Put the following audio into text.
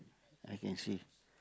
I can see